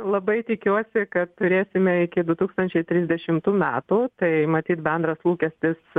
labai tikiuosi kad turėsime iki du tūkstančiai trisdešimtų metų tai matyt bendras lūkestis